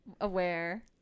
aware